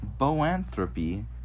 boanthropy